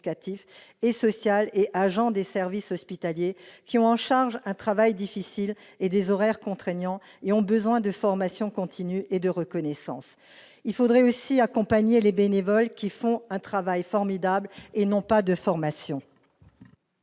et social et agents des services hospitaliers, qui ont en charge un travail difficile, sont soumis à des horaires contraignants, et ont besoin de formation continue et de reconnaissance ? Il faudrait aussi accompagner les bénévoles qui font un travail formidable sans avoir de formation.